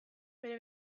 bere